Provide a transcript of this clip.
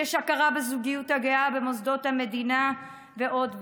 יש הכרה בזוגיות הגאה במוסדות המדינה ועוד ועוד.